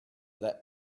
that